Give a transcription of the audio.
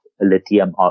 lithium